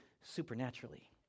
supernaturally